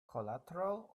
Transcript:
collateral